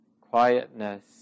quietness